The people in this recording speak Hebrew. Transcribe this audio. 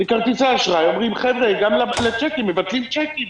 לכרטיסי האשראי וגם מבטלים צ'קים.